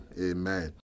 Amen